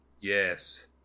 Yes